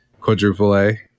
quadruple-A